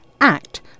ACT